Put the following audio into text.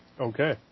Okay